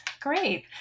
great